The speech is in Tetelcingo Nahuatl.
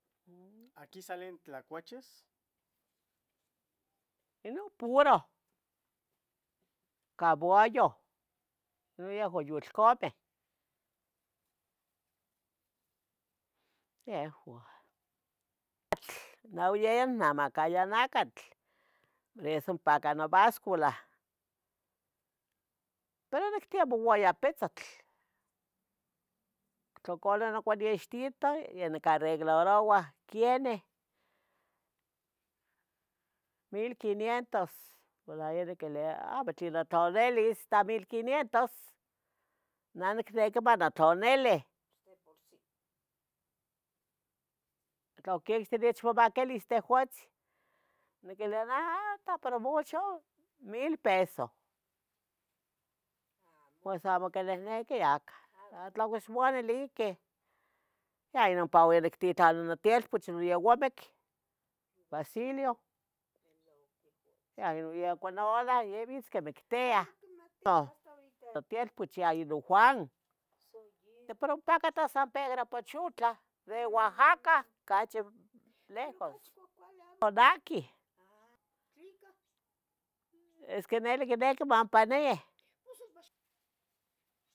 ¿Aquí salen tlacuaches? Inon puro cabuallo inon yehua yolcameh, yehuah. Neh onyaya onnamacaya nacatl por eso onpacah nobascula, pero onictemouaya petzotl, tla cuali yoquinextitoh ya nicarreglaroua ¿quienih? "mil quinientos" pero neh niquelia, "¿Amo tlenoh intlanilis ta milquinientos?" neh nacniqui manotlanilih. "De por si" "Tlo quexquich nechmomcatilis, tehuatzin" Neh tla por mucho mil pesoh. Uan amo quinehnequi amo. Tlamo ixcomoaniliquih. Ya ompa nictitlani notielpoch noyaomec Bacilio uan nihcuac novalac yeh vitz quimectia notelpoch ya inon Juan, pero ompacah san Pedro Oaxaca, Puchutla de Oaxaca ocachi lejos, ¿pero aquih? esque yeh quiniqui ompa manih pos ompa ix.